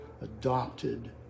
adopted